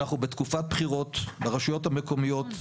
אנחנו בתקופת בחירות לרשויות המקומיות,